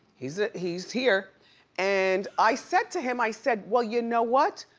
he's he's here and i said to him, i said, well you know what,